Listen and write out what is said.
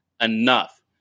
enough